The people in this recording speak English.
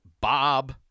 Bob